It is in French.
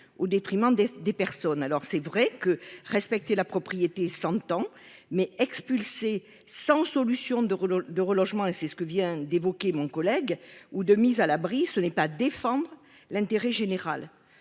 au détriment des des personnes. Alors c'est vrai que respecter la propriété s'ans mais expulser sans solution de relogement de relogement et c'est ce que vient d'évoquer, mon collègue ou de mise à l'abri, ce n'est pas défendre l'intérêt général.